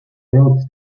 road